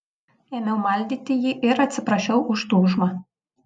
ėmiau maldyti jį ir atsiprašiau už tūžmą